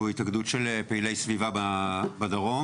שהוא התאגדות של פעילי סביבה בדרום,